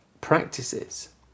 practices